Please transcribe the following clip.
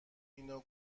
اینو